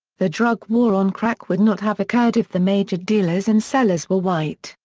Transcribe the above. the drug war on crack would not have occurred if the major dealers and sellers were white,